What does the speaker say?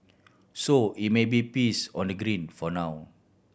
so it may be peace on the green for now